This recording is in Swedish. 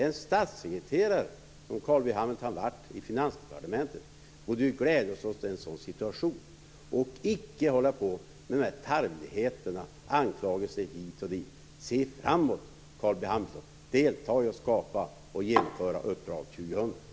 En statssekreterare, som Carl B Hamilton har varit i Finansdepartementet, borde ju glädjas åt en sådan situation och icke hålla på med dessa tarvligheter i form av anklagelser hit och dit. Se framåt, Carl B Hamilton, och delta i att skapa och genomföra Uppdrag 2000.